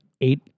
eight